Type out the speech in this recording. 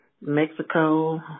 Mexico